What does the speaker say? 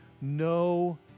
no